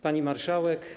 Pani Marszałek!